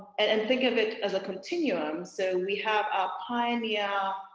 and and think of it as a continuum. so we have our pioneer,